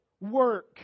work